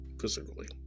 physically